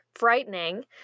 Frightening